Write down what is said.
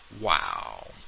Wow